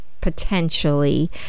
potentially